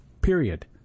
period